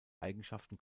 eigenschaften